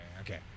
Okay